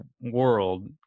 world